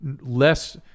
less